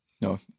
No